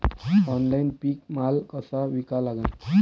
Online पीक माल कसा विका लागन?